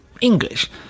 English